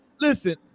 Listen